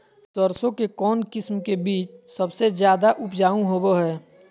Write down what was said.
सरसों के कौन किस्म के बीच सबसे ज्यादा उपजाऊ होबो हय?